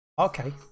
Okay